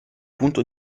punto